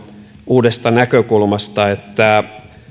uudesta näkökulmasta että